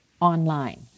online